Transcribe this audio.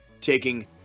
taking